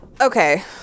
okay